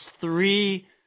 three –